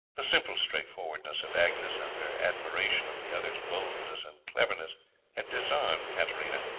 the simple straightforwardness of agnes and her admiration of the other's boldness and cleverness had disarmed katarina,